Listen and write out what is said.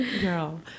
girl